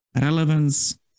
relevance